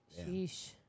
sheesh